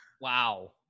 Wow